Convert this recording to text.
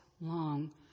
long